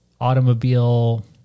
automobile